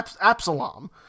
absalom